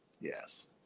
yes